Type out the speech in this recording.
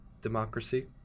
democracy